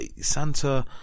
Santa